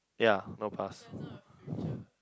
ya no past